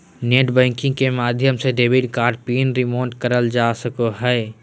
net banking के माध्यम से डेबिट कार्ड पिन रीसेट करल जा सको हय